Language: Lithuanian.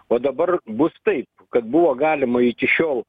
o dabar bus taip kad buvo galima iki šiol